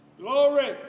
Glory